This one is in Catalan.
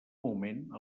moment